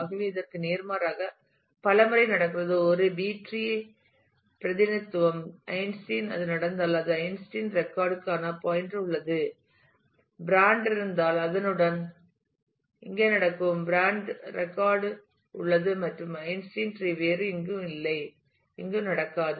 ஆகவே இதற்கு நேர்மாறாக பல முறை நடக்கிறது ஒரு பி டிரீ பிரதிநிதித்துவம் ஐன்ஸ்டீன் அது நடந்தால் அதனுடன் ஐன்ஸ்டீனின் ரெக்கார்ட் க்கான பாயின்டர்உள்ளது பிராண்டுகள் இருந்தால் அதனுடன் இங்கே நடக்கும் பிராண்டுகளின் ரெக்கார்ட் உள்ளது மற்றும் ஐன்ஸ்டீன் டிரீ வேறு எங்கும் நடக்காது